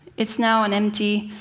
it's now an empty,